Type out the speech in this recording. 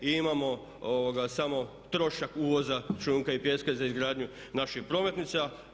I imamo samo trošak uvoza šljunka i pijeska za izgradnju naših prometnica.